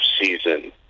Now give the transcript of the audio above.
season